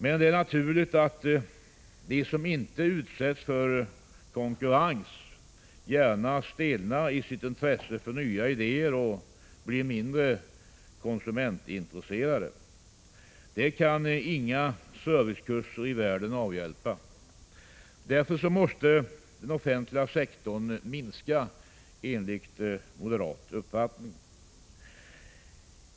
Men det är naturligt att de som inte utsätts för konkurrens gärna stelnar i sitt intresse för nya idéer och blir mindre konsumentintresserade. Det kan inga servicekurser i världen avhjälpa. Därför måste den offentliga sektorn minska enligt moderat uppfattning.